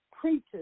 preachers